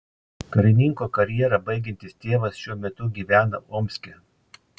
karininko karjerą baigiantis tėvas šiuo metu gyvena omske